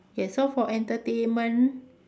yes so for entertainment